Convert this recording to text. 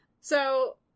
So-